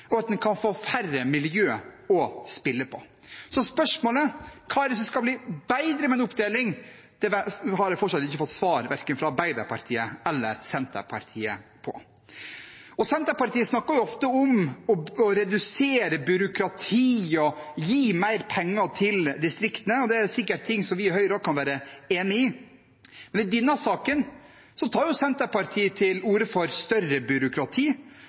og at en kan få færre miljøer å spille på. Så spørsmålet om hva det er som skal bli bedre med en oppdeling, har jeg fortsatt ikke fått svar på, verken fra Arbeiderpartiet eller Senterpartiet. Senterpartiet snakker ofte om å redusere byråkrati og å gi mer penger til distriktene, og det er sikkert ting som vi i Høyre også kan være enig i, men i denne saken tar Senterpartiet til orde for større byråkrati